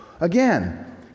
again